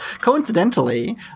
coincidentally